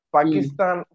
Pakistan